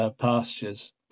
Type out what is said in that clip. pastures